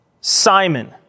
Simon